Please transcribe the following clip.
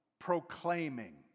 Proclaiming